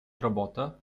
robotę